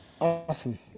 Awesome